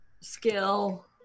skill